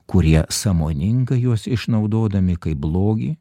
kurie sąmoningai juos išnaudodami kaip blogį